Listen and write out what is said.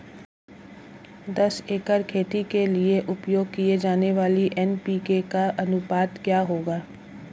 दस एकड़ खेती के लिए उपयोग की जाने वाली एन.पी.के का अनुपात क्या होगा?